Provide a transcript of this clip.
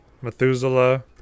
Methuselah